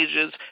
ages